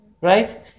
right